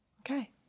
okay